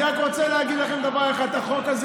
אני רק רוצה להגיד לכם דבר אחד: החוק הזה,